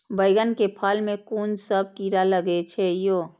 बैंगन के फल में कुन सब कीरा लगै छै यो?